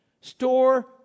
Store